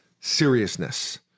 seriousness